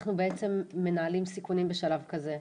בעצם מנהלים סיכונים בשלב כזה?